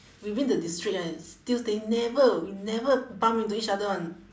within the district right still staying never we never bump into each other [one]